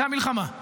וזה המלחמה.